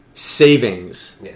Savings